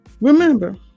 remember